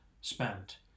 spent